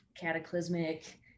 cataclysmic